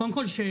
קודם כל שאלה